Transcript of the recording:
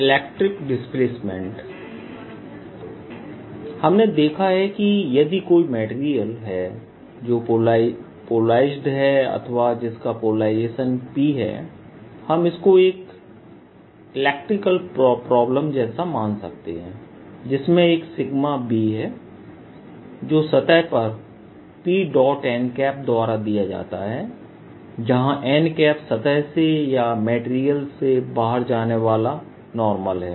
electric displacement हमने देखा है कि यदि कोई मटेरियल है जो पोलोराइज है अथवा जिसका पोलराइजेशनPहै हम इसको एक इलेक्ट्रिकल प्रॉब्लम जैसा मान सकते हैं जिसमें एक सिग्मा है जो सतह पर Pnद्वारा दिया जाता है जहां n सतह से या मटेरियल से बाहर जाने वाला नॉर्मल है